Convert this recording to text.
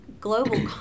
global